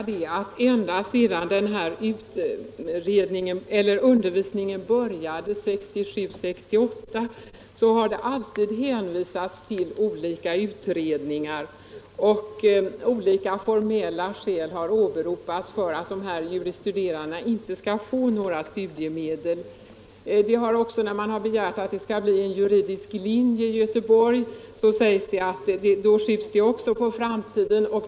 Herr talman! Jag vill bara tillägga att det ända sedan den här undervisningen började 1967/68 har hänvisats till olika utredningar, och olika formella skäl har åberopats mot att dessa juris studerande skall få några studiemedel. Och när man har begärt en juridisk linje i Göteborg har det också skjutits på framtiden.